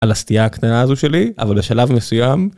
על הסטייה הקטנה הזו שלי אבל לשלב מסוים.